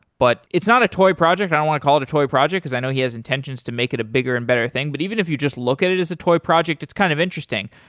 but it's not a toy project and i want to call it a toy project, because i know he has intentions to make it a bigger and better thing. but even if you just look at it as a toy project, it's kind of interesting.